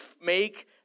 make